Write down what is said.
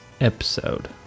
episode